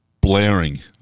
blaring